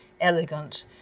elegant